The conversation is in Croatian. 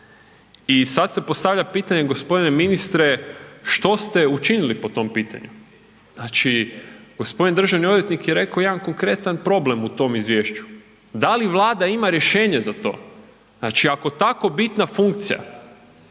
i sad se postavlja pitanje gospodine ministre što ste učinili po tom pitanju. Znači gospodin državni odvjetnik je rekao jedan konkretan problem u tom izvješću. Da li Vlada ima rješenje za to? Znači ako tako bitna funkcija,